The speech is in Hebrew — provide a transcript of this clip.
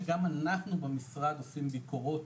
שגם אנחנו במשרד עושים ביקורות